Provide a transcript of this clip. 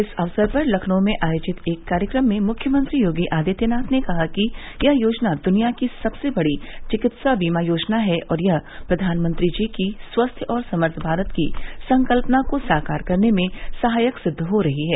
इस अवसर पर लखनऊ में आयोजित एक कार्यक्रम में मुख्यमंत्री योगी आदित्यनाथ ने कहा कि यह योजना दुनिया की सबसे बड़ी विकित्सा बीमा योजना है और यह प्रधानमंत्री जी की स्वस्थ्य और समर्थ भारत की संकल्पना को साकार करने में सहायक सिद्ध हो रही है